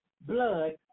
blood